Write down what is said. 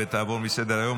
ותעבור מסדר-היום.